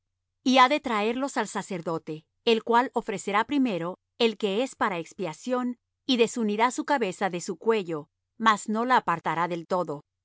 ha de traerlos al sacerdote el cual ofrecerá primero el que es para expiación y desunirá su cabeza de su cuello mas no la apartará del todo